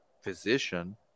physician